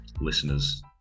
listeners